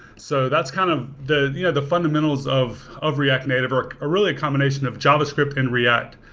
so that's kind of the yeah the fundamentals of of react native or, really, a combination of javascript and react.